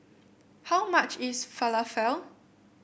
how much is Falafel